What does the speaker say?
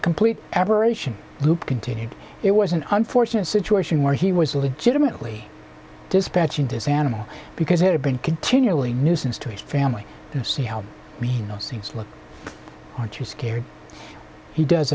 a complete aberration loupe continued it was an unfortunate situation where he was legitimately dispatching this animal because he had been continually a nuisance to his family and see how we look aren't you scared he does